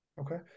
Okay